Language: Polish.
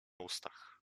ustach